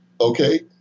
Okay